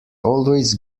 always